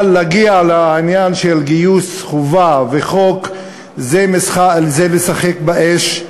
אבל להגיע לעניין של גיוס חובה וחוק זה לשחק באש,